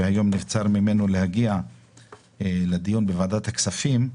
שהיום נבצר ממנו להגיע לדיון בוועדת הכספים,